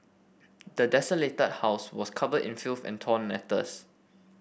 the desolated house was covered in filth and torn letters